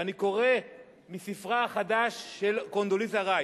ואני קורא מספרה החדש של קונדוליסה רייס.